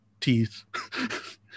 teeth